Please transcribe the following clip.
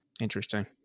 interesting